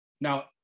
Now